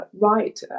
right